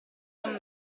con